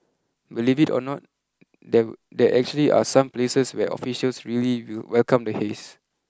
believe it or not there there actually are some places where officials really welcome the haze